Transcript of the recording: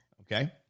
Okay